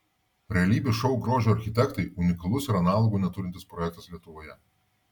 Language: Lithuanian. realybės šou grožio architektai unikalus ir analogų neturintis projektas lietuvoje